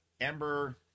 Amber